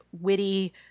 witty